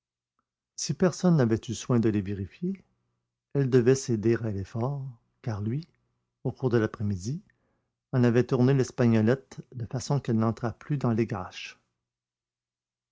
si personne n'avait eu soin de les vérifier elles devaient céder à l'effort car lui au cours de l'après-midi en avait tourné l'espagnolette de façon qu'elle n'entrât plus dans les gâches